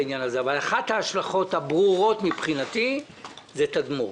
כאשר אחת ההשלכות הברורות מבחינתי זה תדמור.